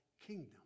kingdom